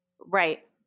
right